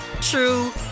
true